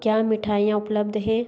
क्या मिठाईयाँ उपलब्ध हैं